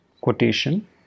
quotation